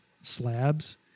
slabs